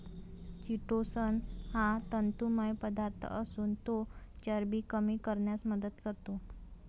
chitosan हा तंतुमय पदार्थ असून तो चरबी कमी करण्यास मदत करतो